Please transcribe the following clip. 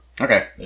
Okay